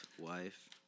Wife